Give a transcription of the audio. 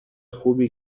خوبی